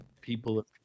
people